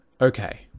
okay